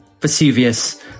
Vesuvius